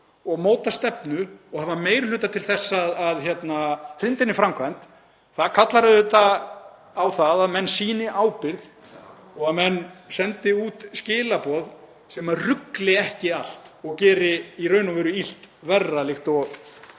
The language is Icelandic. og móta stefnu og hafa meiri hluta til þess að hrinda henni í framkvæmd, það kallar auðvitað á það að menn sýni ábyrgð og að menn sendi út skilaboð sem rugli ekki allt og geri í raun og veru illt verra líkt og